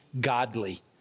godly